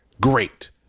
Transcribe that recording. great